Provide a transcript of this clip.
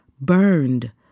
burned